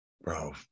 bro